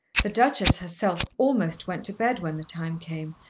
the duchess herself almost went to bed when the time came,